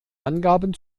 angaben